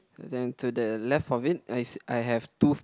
and then to the left of it I s~ I have two